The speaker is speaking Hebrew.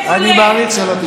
מעולה.